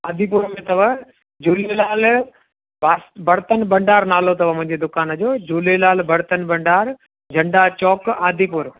आदिपुर में अथव झुलेलाल बास बर्तन भंडार नालो अथव मुंहिंजी दुकान जो झूलेलाल बर्तन भंडार झंडा चौंक आदिपुर